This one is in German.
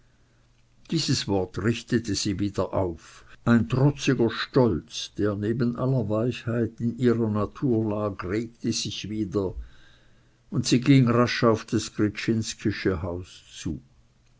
dies wort richtete sie wieder auf ein trotziger stolz der neben aller weichheit in ihrer natur lag regte sich wieder und sie ging rasch auf das gryczinskische haus zu